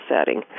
setting